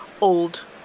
old